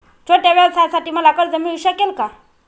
छोट्या व्यवसायासाठी मला कर्ज मिळू शकेल का?